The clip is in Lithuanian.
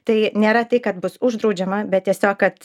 tai nėra tai kad bus uždraudžiama bet tiesiog kad